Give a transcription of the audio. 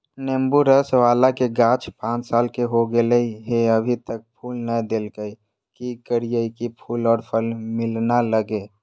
नेंबू रस बाला के गाछ पांच साल के हो गेलै हैं अभी तक फूल नय देलके है, की करियय की फूल और फल मिलना लगे?